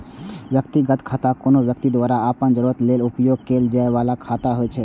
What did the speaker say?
व्यक्तिगत खाता कोनो व्यक्ति द्वारा अपन जरूरत लेल उपयोग कैल जाइ बला खाता होइ छै